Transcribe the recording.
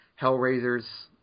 Hellraiser's